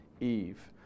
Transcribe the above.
Eve